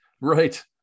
Right